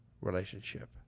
relationship